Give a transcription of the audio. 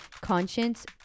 Conscience